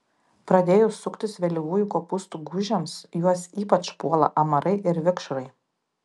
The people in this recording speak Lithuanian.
pradėjus suktis vėlyvųjų kopūstų gūžėms juos ypač puola amarai ir vikšrai